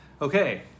Okay